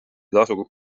tasu